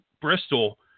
Bristol